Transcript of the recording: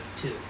two